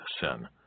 sin